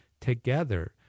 together